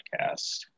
podcast